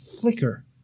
flicker